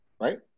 right